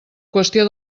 qüestió